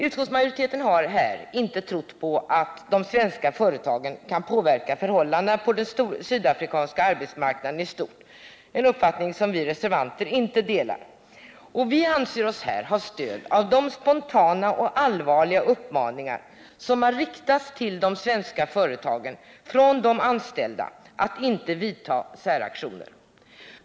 Utskottsmajoriteten har här inte trott på att de svenska företagen kan påverka förhållandena på den sydafrikanska arbetsmarknaden i stort — en uppfattning som vi reservanter inte delar. Och vi anser oss här ha stöd av de spontana och allvarliga uppmaningar som har riktats till de svenska företagen från de anställda om att säraktioner inte skall vidtas.